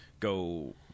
go